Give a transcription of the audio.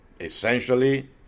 essentially